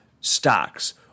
stocks